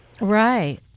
Right